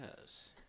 Yes